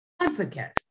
advocate